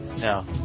No